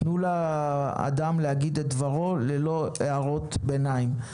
תנו לאדם להגיד את דברו ללא הערות ביניים.